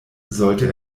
sollte